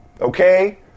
Okay